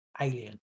alien